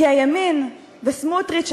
כי הימין וסמוטריץ,